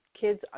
kids